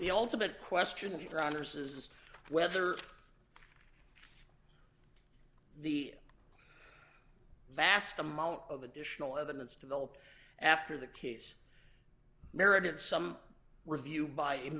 the ultimate question of rounders is whether the vast amount of additional evidence developed after the case merited some review by